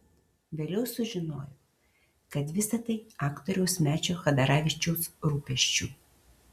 vėliau sužinojau kad visa tai aktoriaus mečio chadaravičiaus rūpesčiu